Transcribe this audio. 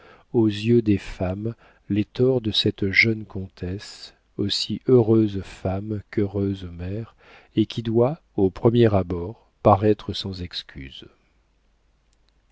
aux yeux des femmes les torts de cette jeune comtesse aussi heureuse femme qu'heureuse mère et qui doit au premier abord paraître sans excuse